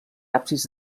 absis